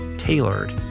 tailored